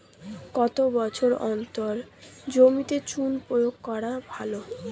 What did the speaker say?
কত বছর অন্তর জমিতে চুন প্রয়োগ করা ভালো?